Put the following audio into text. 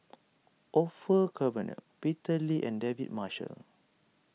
Orfeur Cavenagh Peter Lee and David Marshall